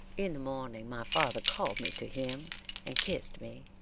in the morning my father called me to him and kissed me,